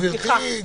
גברתי.